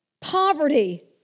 poverty